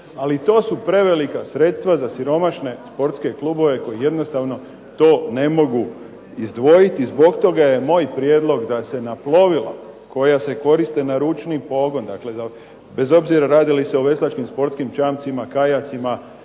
Ali to su prevelika sredstva za siromašne sportske klubove koji to jednostavno ne mogu izdvojiti. I zbog toga je moj prijedlog da se na plovila koja se koriste na ručni pogon, dakle bez obzira da li se radi o veslačkim sportskim čamcima, kajacima